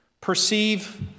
perceive